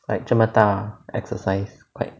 like 这么大的 exercise quite